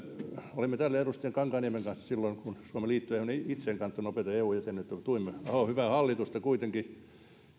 olimme täällä edustaja kankaanniemen kanssa silloin kun kun suomi liittyi euhun itse en kannattanut nopeata eu jäsenyyttä mutta tuimme ahon hyvää hallitusta kuitenkin